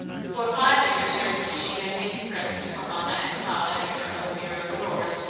for five years, certainly, she had hidden presents for mama and papa in their own bureau drawers,